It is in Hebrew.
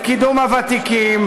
את קידום הוותיקים,